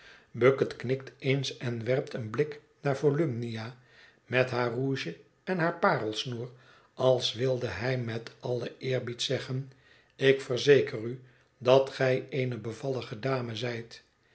bucket knikt eens en werpt een blik naar volumnia met haar rouge en haar parelsnoer als wilde hij met allen eerbied zeggen ik verzeker u dat gij eene bevallige dame zijt